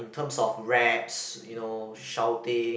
in terms of raps you know shouting